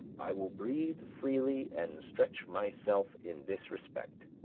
i will breathe freely and stretch myself in this respect,